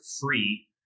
free